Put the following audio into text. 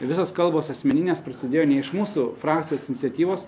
ir visos kalbos asmeninės prisidėjo ne iš mūsų frakcijos iniciatyvos